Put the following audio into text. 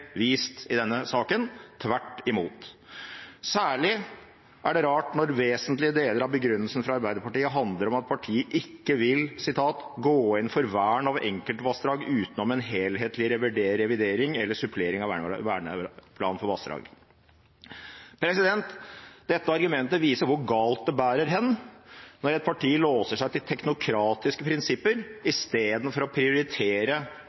vist i denne saken, tvert imot. Særlig er det rart når vesentlige deler av begrunnelsen fra Arbeiderpartiet handler om at partiet ikke vil «gå inn for vern av enkeltvassdag utenom en helhetlig revidering eller supplering av verneplan for vassdrag». Dette argumentet viser hvor galt det bærer hen når et parti låser seg til teknokratiske prinsipper istedenfor å prioritere